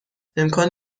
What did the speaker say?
امکان